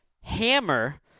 hammer